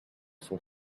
for